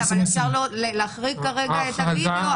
כן, אבל אפשר להחריג כרגע את הווידאו.